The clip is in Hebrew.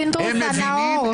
הם מבינים,